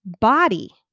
body